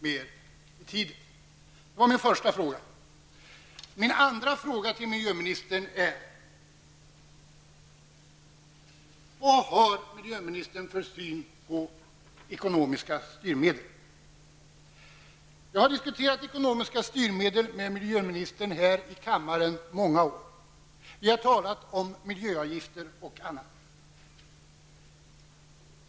Det var min första fråga. Min andra fråga till miljöministern är: Vad har miljöministern för syn på ekonomiska styrmedel? Jag har diskuterat ekonomiska styrmedel med miljöministern här i kammaren i många år. Vi har talat om miljöavgifter och annat.